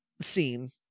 scene